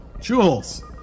Jules